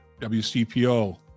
WCPO